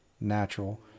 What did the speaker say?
natural